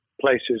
places